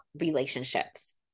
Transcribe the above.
relationships